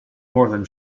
northern